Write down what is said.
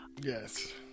Yes